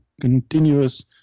continuous